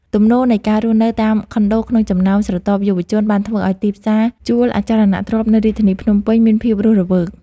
ទំនោរនៃការរស់នៅតាមខុនដូក្នុងចំណោមស្រទាប់យុវវ័យបានធ្វើឱ្យទីផ្សារជួលអចលនទ្រព្យនៅរាជធានីភ្នំពេញមានភាពរស់រវើក។